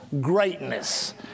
greatness